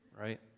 right